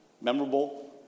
memorable